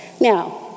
Now